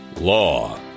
law